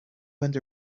wind